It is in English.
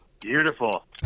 beautiful